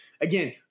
Again